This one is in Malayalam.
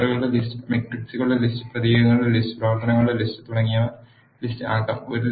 വെക്റ്ററുകളുടെ ലിസ്റ്റ് മെട്രിക്സുകളുടെ ലിസ്റ്റ് പ്രതീകങ്ങളുടെ ലിസ്റ്റ് പ്രവർത്തനങ്ങളുടെ ലിസ്റ്റ് തുടങ്ങിയവ ലിസ്റ്റ് ആകാം